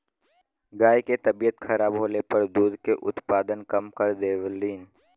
गाय के तबियत खराब होले पर दूध के उत्पादन कम कर देवलीन